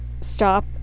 Stop